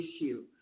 issue